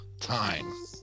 time